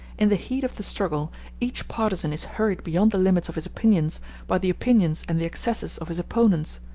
in the heat of the struggle each partisan is hurried beyond the limits of his opinions by the opinions and the excesses of his opponents,